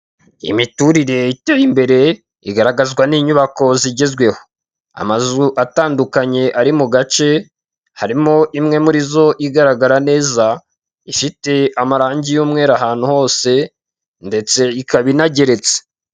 Imiturire iteye imbere igaragazwa n'inyubako zigezweho, amazu atandukanye ari mu gace. Harimo imwe murizo igaragara neza ifite amarangi y'umweru ahantu hose ndetse ikaba inageretse.